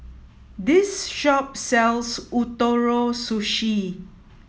this shop sells Ootoro Sushi